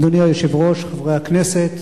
אדוני היושב-ראש, חברי הכנסת,